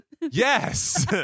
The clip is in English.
Yes